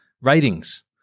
ratings